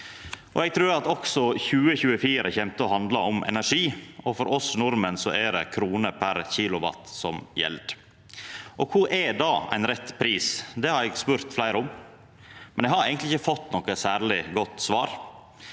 Eg trur at også 2024 kjem til å handla om energi, og for oss nordmenn er det kroner per kilowatt som gjeld. Kva er då ein rett pris? Det har eg spurt fleire om, men eg har eigentleg ikkje fått noko særleg godt svar.